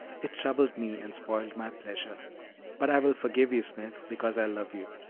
it troubled me and spoiled my pleasure but i will forgive you, smith, because i love you.